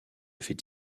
fait